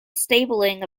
stabling